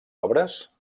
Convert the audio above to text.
obres